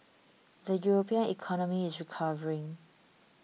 the European economy is recovering